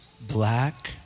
black